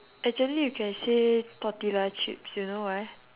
actually you can say tortilla chips you know why